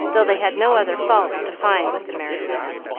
though they had no other fault to find with the merry lad.